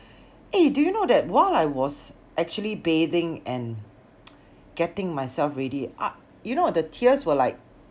eh do you know that while I was actually bathing and getting myself ready are you know the tears were like